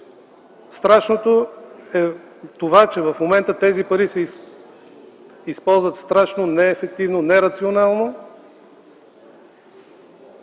Страшното е, че в момента тези пари се използват неефективно, нерационално